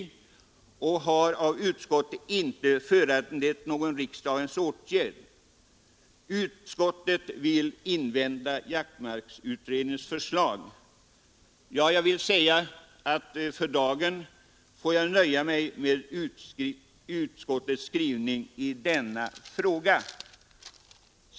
Utskottet hemställer att motionen inte skall föranleda någon riksdagens åtgärd; utskottet vill invänta jaktmarksutredningens förslag. För dagen får jag nöja mig med utskottets skrivning i denna fråga.